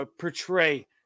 portray